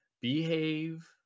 behave